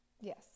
yes